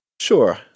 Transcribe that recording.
Sure